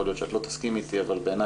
יכול להיות שלא תסכימי איתי אבל בעיני